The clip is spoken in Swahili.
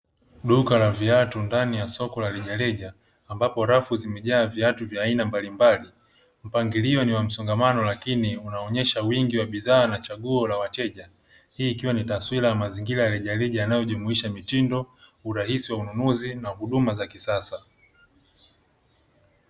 Duka la viatu ndani ya soko la rejareja ambapo rafu zimejaa viatu vya aina mbalimbali, mpangilio ni wa msongamano lakini unaonesha wingi wa bidhaa na chaguo la wateja. Hii ikiwa ni taswira ya mazingira ya rejareja yanayojumuisha mitindo, urahisi wa ununuzi na huduma za kisasa.